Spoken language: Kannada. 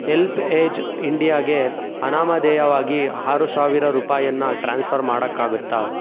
ಹೆಲ್ಪ್ ಏಜ್ ಇಂಡಿಯಾಗೆ ಅನಾಮಧೇಯವಾಗಿ ಆರು ಸಾವಿರ ರೂಪಾಯಿಯನ್ನ ಟ್ರ್ಯಾನ್ಸ್ಫರ್ ಮಾಡೋಕ್ಕಾಗುತ್ತ